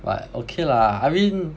but okay lah I mean